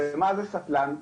שמה זה סטלן בערבית?